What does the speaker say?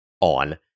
on